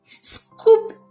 scoop